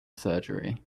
surgery